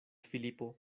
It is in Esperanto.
filipo